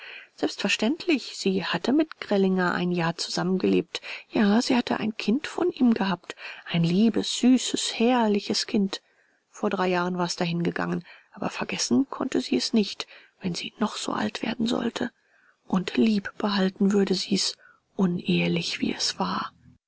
selbstverständlich sie hatte mit grellinger ein jahr zusammengelebt ja sie hatte ein kind von ihm gehabt ein liebes süßes herrliches kind vor drei jahren war es dahingegangen aber vergessen konnte sie's nicht wenn sie noch so alt werden sollte und lieb behalten würde sie's unehelich wie es war